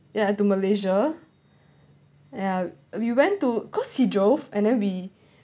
ya to malaysia ya we went to cause he drove and then we